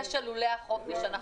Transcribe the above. ההתעקשות.